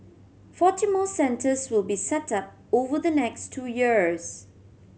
forty more centres will be set up over the next two years